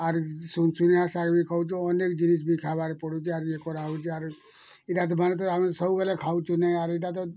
ଆରୁ ଶୁନଶୁନିଆ ଶାଗ୍ ବି ଖାଉଛୁ ଅନେକ ଜିନିଷ ବି ଖାଇବାର୍ ପଡ଼ୁଛି ଆରୁ ଇଏ କରାହଉଛି ଆମେ ସବୁବେଳେ ଖାଉଛୁ ନେହିଁ ଆରୁ ଏଇଟା ତ